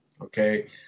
Okay